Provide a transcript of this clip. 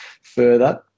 further